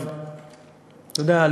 אתה יודע,